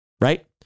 Right